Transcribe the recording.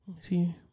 See